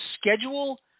schedule